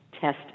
test